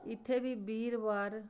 इत्थै बी बीरवार